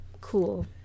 cool